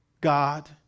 God